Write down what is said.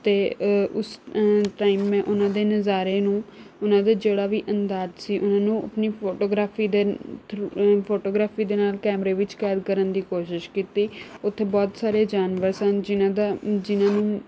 ਅਤੇ ਉਸ ਟਾਈਮ ਮੈਂ ਉਹਨਾਂ ਦੇ ਨਜ਼ਾਰੇ ਨੂੰ ਉਹਨਾਂ ਦਾ ਜਿਹੜਾ ਵੀ ਅੰਦਾਜ਼ ਸੀ ਉਹਨਾਂ ਨੂੰ ਆਪਣੀ ਫੋਟੋਗ੍ਰਾਫੀ ਦੇ ਥਰੂ ਫੋਟੋਗ੍ਰਾਫੀ ਦੇ ਨਾਲ ਕੈਮਰੇ ਵਿੱਚ ਕੈਦ ਕਰਨ ਦੀ ਕੋਸ਼ਿਸ਼ ਕੀਤੀ ਉੱਥੇ ਬਹੁਤ ਸਾਰੇ ਜਾਨਵਰ ਸਨ ਜਿਹਨਾਂ ਦਾ ਜਿਹਨਾਂ ਨੂੰ